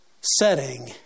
setting